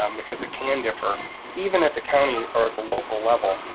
um because it can differ even at the county or the local level,